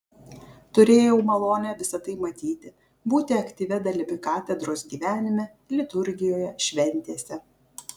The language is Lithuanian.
turėjau malonę visa tai matyti būti aktyvia dalimi katedros gyvenime liturgijoje šventėse